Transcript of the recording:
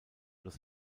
los